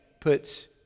puts